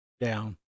down